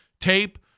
tape